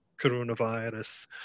coronavirus